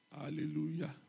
Hallelujah